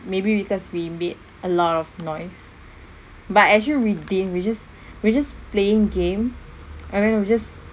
maybe because we made a lot of noise but actually we didn't we just we just playing game and then we just